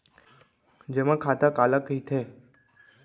जेमा खाता काला कहिथे?